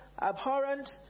abhorrent